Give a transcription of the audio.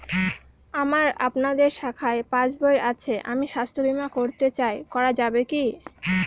আমার আপনাদের শাখায় পাসবই আছে আমি স্বাস্থ্য বিমা করতে চাই করা যাবে কি?